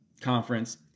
conference